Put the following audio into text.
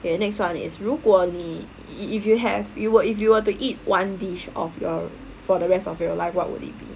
the next one is 如果你 if you have you would if you were to eat one dish of your for the rest of your life what would it be